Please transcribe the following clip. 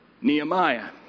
Nehemiah